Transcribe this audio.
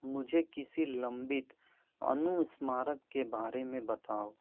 मुझे किसी लंबित अनुस्मारक के बारे में बताओ